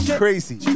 crazy